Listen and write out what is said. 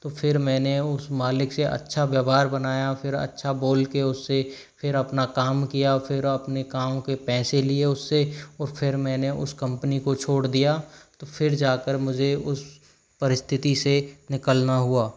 तो फ़िर मैंने उस मालिक से अच्छा व्यवहार बनाया फ़िर अच्छा बोल के उससे फ़िर अपना काम किया फ़िर अपने काम के पैसे लिए उससे और फ़िर मैंने उस कम्पनी को छोड़ दिया तो फिर जा कर मुझे उस परिस्थिति से निकालना हुआ